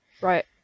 right